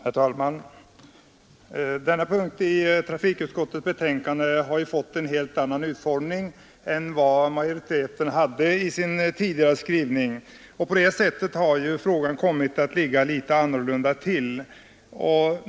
Herr talman! Denna punkt i trafikutskottets betänkande har fått en helt annan utformning än vad majoriteten hade föreslagit i sin tidigare skrivning, och på det sättet har frågan kommit att ligga litet annorlunda till.